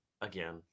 again